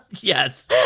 Yes